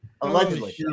Allegedly